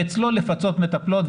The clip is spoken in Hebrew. ואצלו לפצות מטפלות.